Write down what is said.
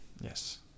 Yes